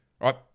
right